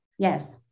Yes